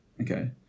Okay